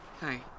Hi